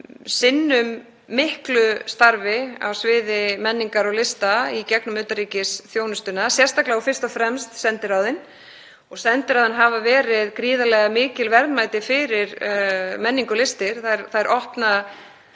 sinnum miklu starfi á sviði menningar og lista í gegnum utanríkisþjónustuna, sérstaklega og fyrst og fremst sendiráðin. Sendiráðin hafa verið gríðarlega mikil verðmæti fyrir menningu og listir. Þau opna